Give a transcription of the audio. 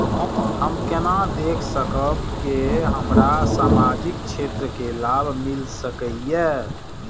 हम केना देख सकब के हमरा सामाजिक क्षेत्र के लाभ मिल सकैये?